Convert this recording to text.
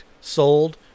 sold